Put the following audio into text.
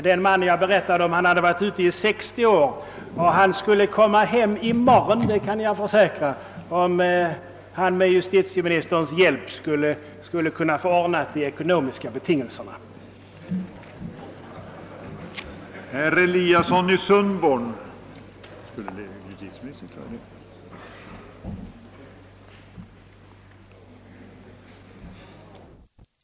Den man som jag berättade om har varit utomlands i 60 år och skulle komma hem redan i morgon dag — det kan jag försäkra — om han med justitieministerns hjälp skulle kunna få de ekonomiska betingelserna ordnade.